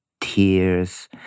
tears